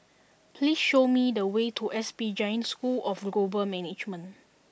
please show me the way to S P Jain School of Global Management